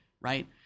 right